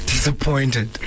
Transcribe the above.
Disappointed